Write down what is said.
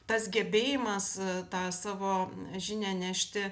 tas gebėjimas tą savo žinią nešti